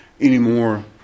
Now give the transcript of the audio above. anymore